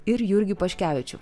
ir jurgį paškevičių